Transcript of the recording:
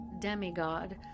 demigod